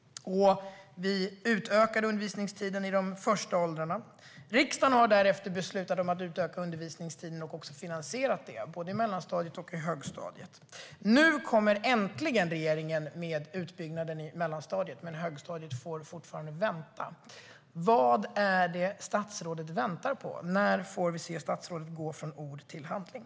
Vi utökade undervisningstiden i de lägsta åldrarna. Därefter har riksdagen beslutat om att utöka undervisningstiden i både mellanstadiet och högstadiet och också finansierat det. Nu kommer regeringen äntligen med förslag om utbyggnad i mellanstadiet, men högstadiet får fortfarande vänta. Vad är det som statsrådet väntar på? När får vi se statsrådet gå från ord till handling?